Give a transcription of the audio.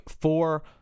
Four